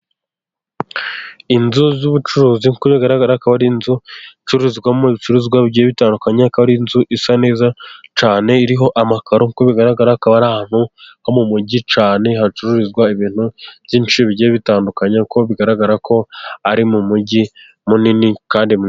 Inzu z'ubucuruzi kuko bigaragara, akaba ari inzu icururizwamo ibicuruzwa bigiye bitandukanye, kuko ari inzu isa neza cyane, nkuko bigaragara akaba ari ahantu ho mu mujyi cyane, hacururizwa ibintu byinshi bigiye bitandukanye, uko bigaragara ko ari mu mujyi munini.